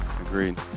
Agreed